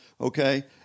okay